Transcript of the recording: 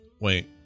Wait